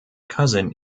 cousin